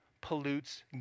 pollutes